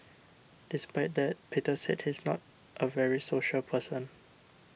despite that Peter said he's not a very social person